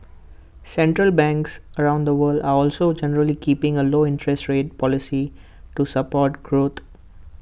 central banks around the world are also generally keeping A low interest rate policy to support growth